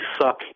suck